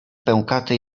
pękaty